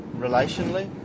relationally